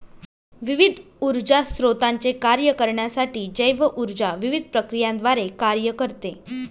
विविध ऊर्जा स्त्रोतांचे कार्य करण्यासाठी जैव ऊर्जा विविध प्रक्रियांद्वारे कार्य करते